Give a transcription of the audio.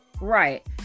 right